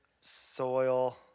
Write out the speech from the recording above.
Soil